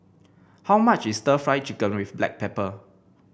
how much is stir Fry Chicken with Black Pepper